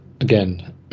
again